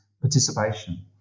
participation